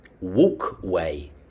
walkway